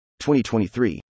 2023